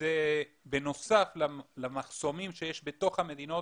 וזה בנוסף למחסומים שיש בתוך המדינות,